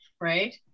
Right